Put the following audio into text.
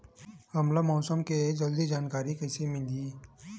हमला मौसम के जल्दी जानकारी कइसे मिलही?